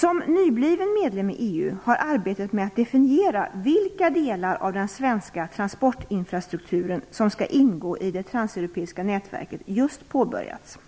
Som nybliven medlem i EU har arbetet med att definiera vilka delar av den svenska transportinfrastrukturen som skall ingå i det transeuropeiska nätverket just påbörjats.